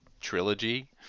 trilogy